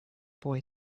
boy